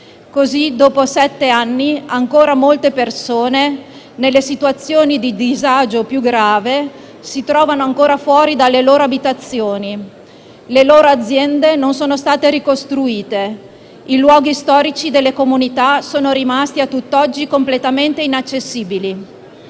Così, dopo sette anni, ancora molte persone, nelle situazioni di disagio più grave, si trovano ancora fuori dalle loro abitazioni. Le loro aziende non sono state ricostruite, i luoghi storici delle comunità sono rimasti a tutt'oggi completamente inaccessibili.